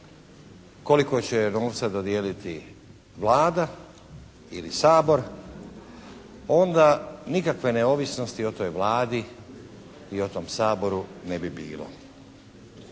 koliko će novca dodijeliti Vlada ili Sabor onda nikakve neovisnosti o toj Vladi i o tom Saboru ne bi bilo.